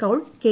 Kaul K